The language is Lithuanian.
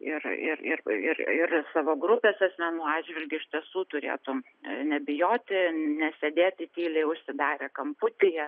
ir ir ir ir ir savo grupės asmenų atžvilgiu iš tiesų turėtų nebijoti nesėdėti tyliai užsidarę kamputyje